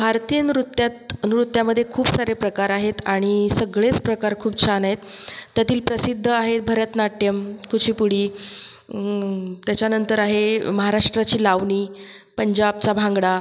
भारतीय नृत्यात नृत्यांमध्ये खूप सारे प्रकार आहेत आणि सगळेच प्रकार खूप छान आहेत त्यातील प्रसिद्ध आहे भरतनाट्यम कुचीपुडी त्याच्यानंतर आहे महाराष्ट्राची लावणी पंजाबचा भांगडा